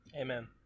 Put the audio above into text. Amen